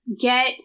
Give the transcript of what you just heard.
get